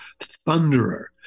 thunderer